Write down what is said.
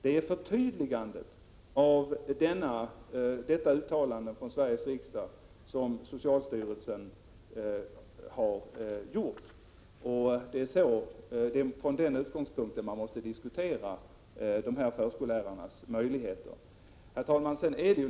Det är ett förtydligande av detta uttalande från Sveriges riksdag som socialstyrelsen har gjort. Med denna utgångspunkt måste man diskutera förskollärarnas möjligheter. Herr talman!